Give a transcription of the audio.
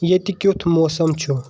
یِیٚتہِ کیُتھ موسم چھُ ؟